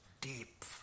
deep